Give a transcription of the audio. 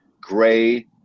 gray